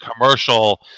commercial